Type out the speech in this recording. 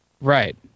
Right